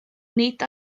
nid